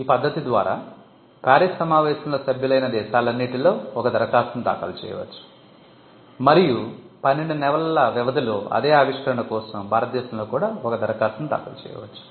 ఈ పద్ధతి ద్వారా ప్యారిస్ సమావేశంలో సభ్యులైన దేశాలన్నింటిలో ఒక దరఖాస్తును దాఖలు చేయవచ్చు మరియు 12 నెలల వ్యవధిలో అదే ఆవిష్కరణ కోసం భారతదేశంలో కూడా ఒక దరఖాస్తుని దాఖలు చేయవచ్చు